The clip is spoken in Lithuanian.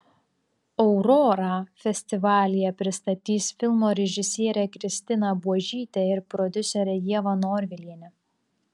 aurorą festivalyje pristatys filmo režisierė kristina buožytė ir prodiuserė ieva norvilienė